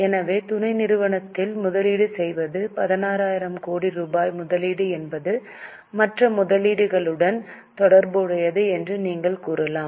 எனவே துணை நிறுவனத்தில் முதலீடு செய்வது 16000 கோடி ரூபாய் முதலீடு என்பது மற்ற முதலீடுகளுடன் தொடர்புடையது என்று நீங்கள் கூறலாம்